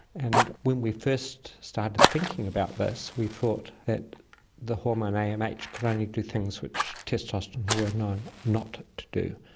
and when we first started thinking about this we thought that the hormone amh amh could only do things which testosterone were known not to do.